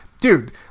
dude